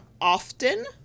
often